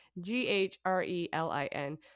G-H-R-E-L-I-N